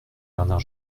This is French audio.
bernard